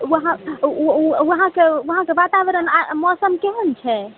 वहाँ वहाँके वहाँके वातावरण आ मौसम केहन छै